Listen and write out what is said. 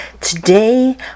Today